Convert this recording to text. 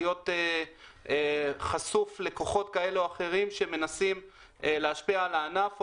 להיות חשוף לכוחות כאלה או אחרים שמנסים להשפיע על הענף,